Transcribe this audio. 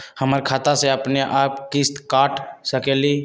हमर खाता से अपनेआप किस्त काट सकेली?